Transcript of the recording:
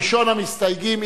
ראשון המסתייגים,